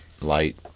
light